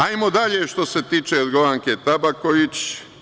Ajmo dalje što se tiče Jorgovanke Tabaković.